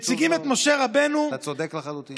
מציגים את משה רבנו, אתה צודק לחלוטין.